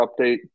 update